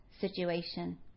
situation